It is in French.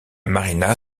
marina